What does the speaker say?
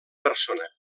persona